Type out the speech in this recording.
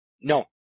No